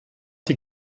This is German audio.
die